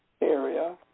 area